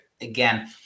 again